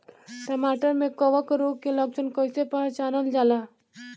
टमाटर मे कवक रोग के लक्षण कइसे पहचानल जाला?